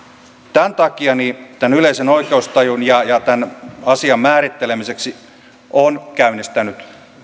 tämän takia olen yleisen oikeustajun ja ja tämän asian määrittelemiseksi käynnistänyt